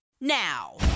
now